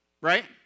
Right